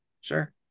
sure